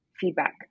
feedback